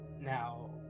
now